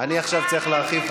אני עכשיו צריך להרחיב,